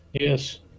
Yes